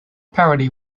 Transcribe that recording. parody